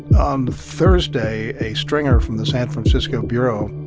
on thursday, a stringer from the san francisco bureau